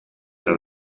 era